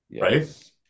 Right